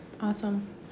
Awesome